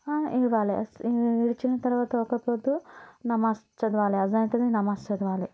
విడవాలి విడిచిన తర్వాత ఒక్క పొద్దు నమాజ్ చదవాలి అజాతది నమాజ్ చదవాలి